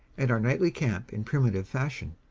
and our nightly camp in primitive fashion.